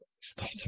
Stop